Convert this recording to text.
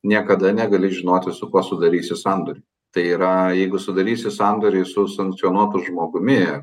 niekada negali žinoti su kuo sudarysi sandorį tai yra jeigu sudarysi sandorį su sankcionuotu žmogumi